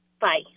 bye